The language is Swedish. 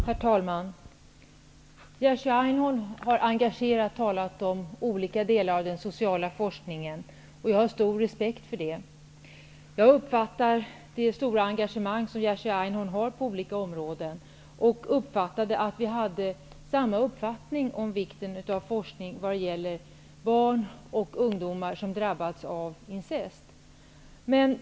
Herr talman! Jerzy Einhorn har engagerat talat om olika delar av den sociala forskningen, och jag har stor respekt för det. Jag har uppfattat det stora engagemang som Jerzy Einhorn har på olika områden, och jag noterade att vi har samma uppfattning om vikten av forskning vad gäller barn och ungdomar som har drabbats av incest.